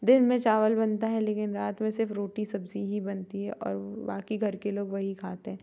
दिन में चावल बनता है लेकिन रात में सिर्फ़ रोटी सब्ज़ी ही बनती है और बाक़ी घर के लोग वही खाते हैं